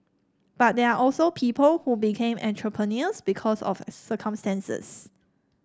but there are also people who became entrepreneurs because of circumstances